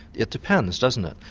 it depends, doesn't it,